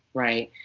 right?